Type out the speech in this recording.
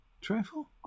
Trifle